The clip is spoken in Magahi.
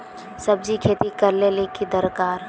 सब्जी खेती करले ले की दरकार?